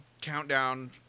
Countdown